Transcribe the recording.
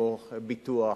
כמו ביטוח,